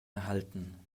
erhalten